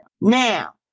Now